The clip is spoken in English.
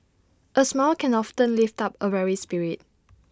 A smile can often lift up A weary spirit